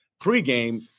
pregame